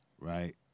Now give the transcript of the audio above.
Right